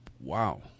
Wow